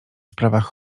sprawach